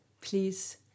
please